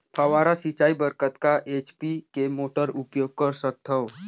फव्वारा सिंचाई बर कतका एच.पी के मोटर उपयोग कर सकथव?